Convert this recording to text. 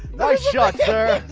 nice shot sir!